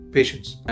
Patience